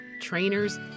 trainers